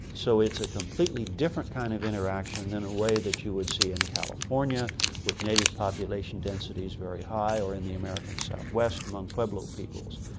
so it's a completely different kind of interaction than the way that you would see in california with native population densities very high or in the american south-west among pueblo peoples.